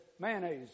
Mayonnaise